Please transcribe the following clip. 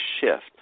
shift